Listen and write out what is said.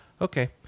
Okay